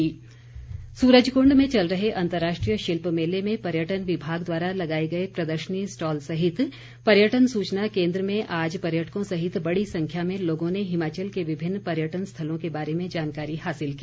शिल्प मेला सूरजकुंड में चल रहे अंतर्राष्ट्रीय शिल्प मेले में पर्यटन विभाग द्वारा लगाए गए प्रदर्शनी स्टॉल सहित पर्यटन सूचना केन्द्र में आज पर्यटकों सहित बड़ी संख्या में लोगों ने हिमाचल के विभिन्न पर्यटन स्थलों के बारे जानकारी हासिल की